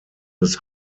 des